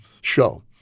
show